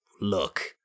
look